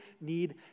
need